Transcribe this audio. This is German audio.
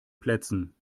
plätzen